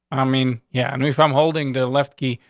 i mean, yeah, i mean if i'm holding the left key,